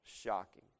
shocking